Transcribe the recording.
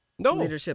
No